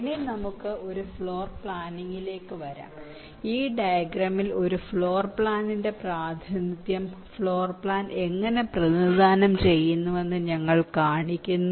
ഇനി നമുക്ക് ഒരു ഫ്ലോർ പ്ലാനിംഗിലേക്ക് വരാം ഈ ഡയഗ്രാമിൽ ഒരു ഫ്ലോർ പ്ലാനിന്റെ പ്രാതിനിധ്യം ഫ്ലോർ പ്ലാൻ എങ്ങനെ പ്രതിനിധാനം ചെയ്യുന്നുവെന്ന് ഞങ്ങൾ കാണിക്കുന്നു